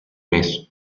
mes